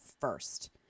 first